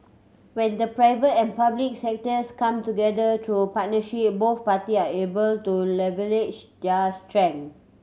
when the private and public sectors come together through partnership both party are able to leverage their strength